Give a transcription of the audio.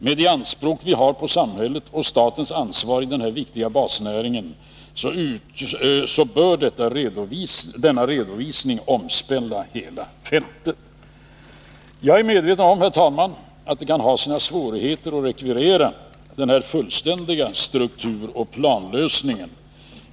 Med de anspråk vi har på samhällets och statens ansvar i denna viktiga basnäring bör denna redovisning omspänna hela fältet. Jag är medveten om att det kan ha sina svårigheter att rekvirera denna fullständiga strukturoch planlösning.